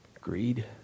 greed